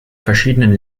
verschiedenen